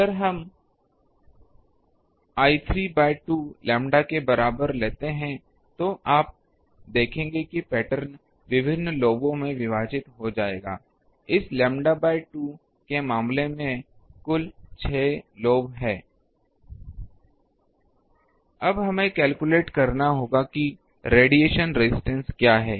अगर हम l ३ by २ lambda के बराबर लेते हैं तो आप देखेंगे कि पैटर्न विभिन्न लोबों में विभाजित हो जाएगा इस लैम्ब्डा बाय २ के मामले में कुल 6 लोब हैं अब हमें कैलकुलेट करना होगा कि रेडिएशन रेजिस्टेंस क्या है